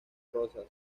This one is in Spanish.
rosas